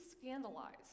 scandalized